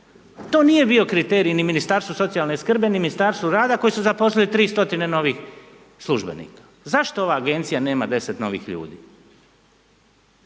To nije bio kriterij ni Ministarstva socijalne skrbi ni Ministarstva rada koji su zaposlili 300 novih službenika. Zašto ova agencija nema 10 novih ljudi